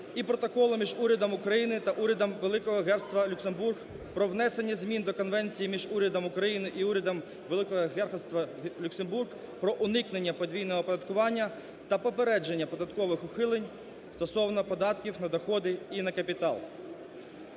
і Протоколу між Урядом України та Урядом Великого Герцогства Люксембург про внесення змін до Конвенції між Урядом України і Урядом Великого Герцогства Люксембург про уникнення подвійного оподаткування та попередження податкових ухилень стосовно податків на доходи і на капітал.